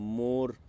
more